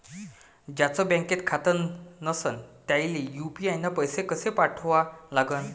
ज्याचं बँकेत खातं नसणं त्याईले यू.पी.आय न पैसे कसे पाठवा लागन?